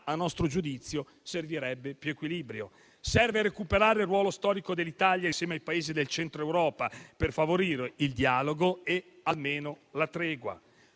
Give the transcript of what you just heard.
a nostro giudizio servirebbe più equilibrio. Occorre recuperare il ruolo storico dell'Italia insieme ai Paesi del Centro Europa per favorire il dialogo e almeno la tregua.